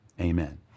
amen